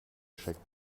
checkt